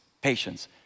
patience